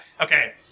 Okay